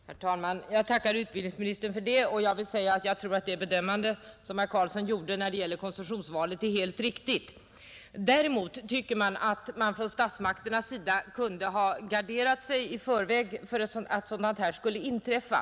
Herr talman! Jag tackar utbildningsministern för det beskedet. Jag tror att det bedömande som herr Carlsson gjorde när det gäller linjevalet är helt riktigt. Däremot tycker jag att man från statsmakternas sida kunde ha garderat sig i förväg för att dylikt skulle inträffa.